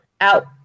out